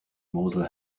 mosel